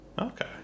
Okay